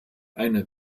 eine